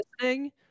Listening